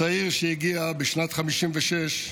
הצעיר, שהגיע בשנת 1956,